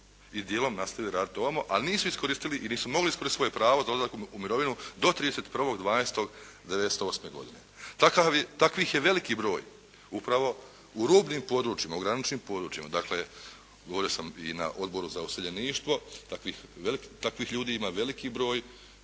i dijelom nastavili raditi ovamo, ali nisu iskoristili i nisu mogli iskoristiti svoje pravo da odlaskom u mirovinu do 31.12.'98. godine. Takvih je veliki broj upravo u rubnim područjima, u graničnim područjima. Dakle govorio sam i na Odboru za useljeništvo, takvih ljudi ima veliki broj